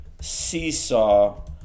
seesaw